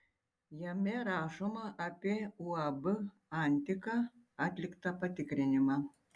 jame rašoma apie uab antika atliktą patikrinimą